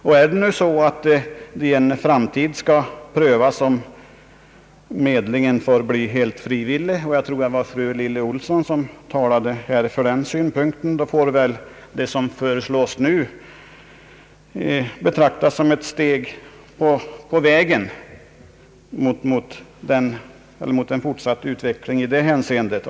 Om vi i framtiden skall pröva frågan om en helt frivillig medling — jag tror att fru Lilly Ohlsson uttryckte denna mening — får väl det som nu föreslås betraktas som ett steg på vägen mot en fortsatt utveckling i det hänseendet.